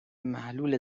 محلول